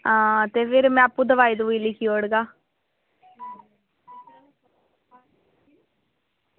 आं ते फिर में आपूं दोआई लिखी ओड़गा